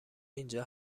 اینجا